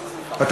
לא, אני הפרעתי.